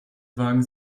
wagen